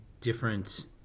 different